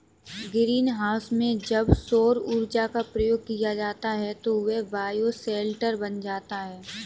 green house में जब सौर ऊर्जा का प्रयोग किया जाता है तो वह बायोशेल्टर बन जाता है